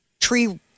tree